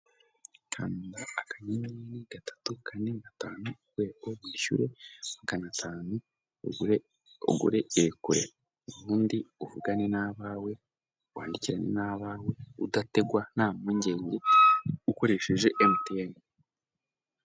Kanda akanyenyeri gatatu kane gatanu urwego wishyure maganatanu ugure irekure ubundi uvugane n'abawe wandikirane n'abawe udategwa nta mpungenge ukoresheje mtn.